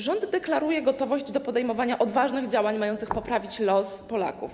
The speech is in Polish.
Rząd deklaruje gotowość do podejmowania odważnych działań mających poprawić los Polaków.